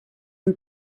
rue